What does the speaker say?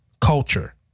culture